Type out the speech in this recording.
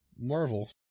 Marvel